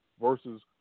versus